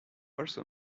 also